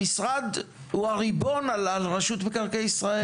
המשרד הוא הריבון על רשות מקרקעי ישראל.